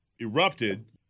erupted